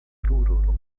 kruro